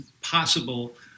possible